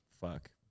fuck